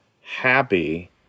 happy